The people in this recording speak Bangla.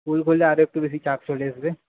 স্কুল খুললে আরেকটু বেশি চাপ চলে আসবে